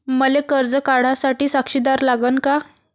मले कर्ज काढा साठी साक्षीदार लागन का?